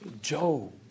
Job